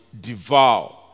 devour